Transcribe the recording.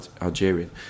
Algerian